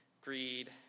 greed